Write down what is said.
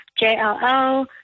JLL